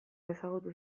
ezagutu